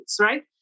right